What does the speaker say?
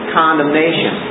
condemnation